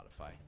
spotify